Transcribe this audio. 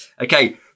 Okay